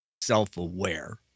self-aware